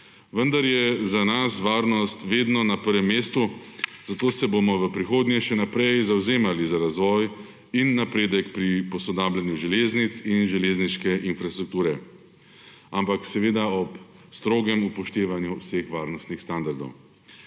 vendar je za nas varnost vedno na prvem mestu. Zato se bomo v prihodnje še naprej zavzemali za razvoj in napredek pri posodabljanju železnic in železniške infrastrukture, ampak seveda ob strogem upoštevanju vseh varnostnih standardov.